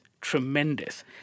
tremendous